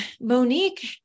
Monique